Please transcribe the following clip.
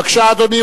בבקשה, אדוני.